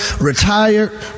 retired